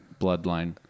Bloodline